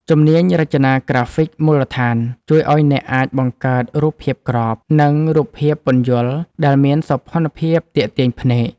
ជំនាញរចនាក្រាហ្វិកមូលដ្ឋាន ជួយឱ្យអ្នកអាចបង្កើតរូបភាពក្រប និងរូបភាពពន្យល់ដែលមានសោភ័ណភាពទាក់ទាញភ្នែក។